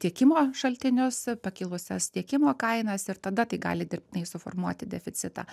tiekimo šaltinius pakilusias tiekimo kainas ir tada tai gali dirbtinai suformuoti deficitą